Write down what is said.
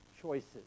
choices